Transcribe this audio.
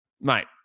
Mate